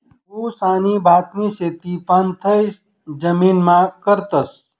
ऊस आणि भातनी शेती पाणथय जमीनमा करतस